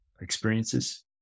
experiences